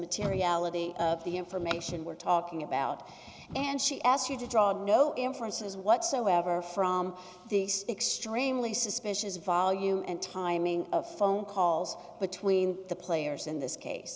materiality of the information we're talking about and she asked you to draw no inferences whatsoever from these extremely suspicious volume and timing of phone calls between the players in this case